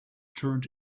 turned